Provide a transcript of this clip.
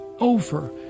Over